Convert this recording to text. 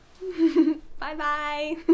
Bye-bye